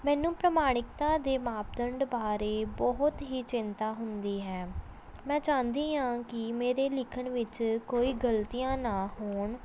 ਮੈਨੂੰ ਪ੍ਰਮਾਣਿਕਤਾ ਦੇ ਮਾਪਦੰਡ ਬਾਰੇ ਬਹੁਤ ਹੀ ਚਿੰਤਾ ਹੁੰਦੀ ਹੈ ਮੈਂ ਚਾਹੁੰਦੀ ਹਾਂ ਕਿ ਮੇਰੇ ਲਿਖਣ ਵਿੱਚ ਕੋਈ ਗਲਤੀਆਂ ਨਾ ਹੋਣ